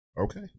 Okay